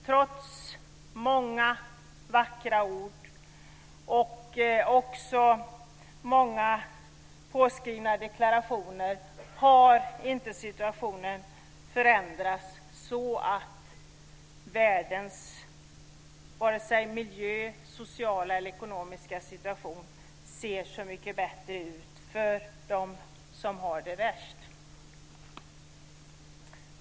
Trots många vackra ord och många påskrivna deklarationer ser inte världens miljösituation, sociala eller ekonomiska situation så mycket bättre ut för de som har det värst.